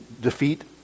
defeat